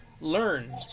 Learn